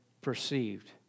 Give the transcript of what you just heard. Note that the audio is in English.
perceived